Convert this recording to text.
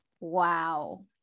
wow